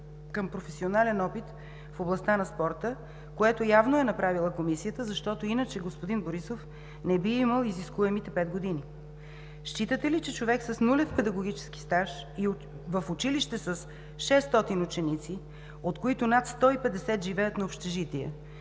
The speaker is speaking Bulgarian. към професионален опит в областта на спорта, което явно е направила комисията, защото иначе господин Борисов не би имал изискуемите пет години? Човек с нулев педагогически стаж в училище с 600 ученици, от които над 150 живеят на общежитие